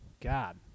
God